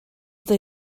they